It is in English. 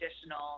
additional